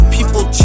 People